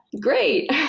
great